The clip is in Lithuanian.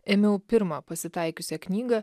ėmiau pirmą pasitaikiusią knygą